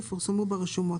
יפורסמו ברשומות,".